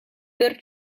per